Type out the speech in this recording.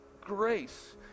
Grace